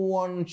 one